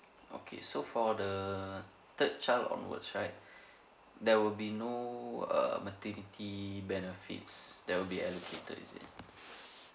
okay so for the third child onwards right there will be no err maternity benefits that will be allocated is it